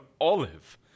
olive